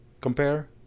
Compare